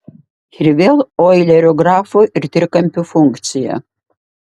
ir vėl oilerio grafų ir trikampių funkcija